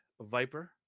Viper